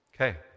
Okay